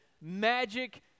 magic